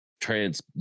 trans